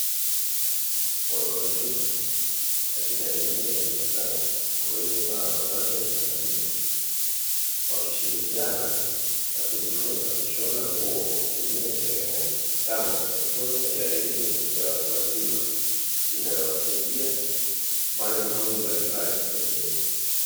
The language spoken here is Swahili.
Watu wazima katika jamii ya kimasai waliovaa mavazi ya kitamaduni wakishirikiana na kujifunza kushona nguo kwa kutumia cherehani kama sehemu ya elimu ya watu wazima inayo wasaidia kufanya mambo mbalimbali kwenye jamii.